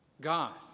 God